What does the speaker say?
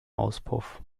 auspuff